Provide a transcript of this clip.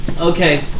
Okay